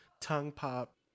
tongue-pop